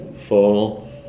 fall